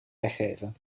weggeven